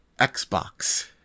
Xbox